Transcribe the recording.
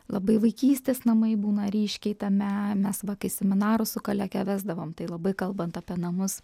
labai vaikystės namai būna ryškiai tame mes va kai seminarus su kolege vesdavom tai labai kalbant apie namus